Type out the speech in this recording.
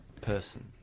person